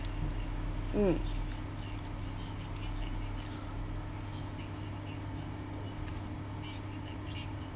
mm